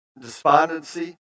despondency